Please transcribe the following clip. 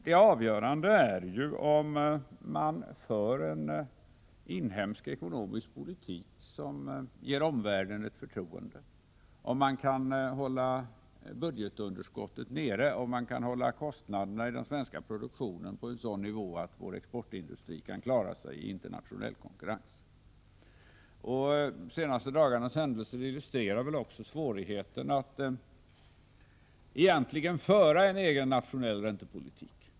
Det avgörande är att man för en inhemsk ekonomisk politik som inger förtroende i omvärlden och att man kan hålla budgetunderskottet nere och kostnaderna i den svenska produktionen på en sådan nivå att vår exportindustri kan klara sig i internationell konkurrens. De senaste dagarnas händelser illustrerar också svårigheten att föra en egen nationell räntepolitik.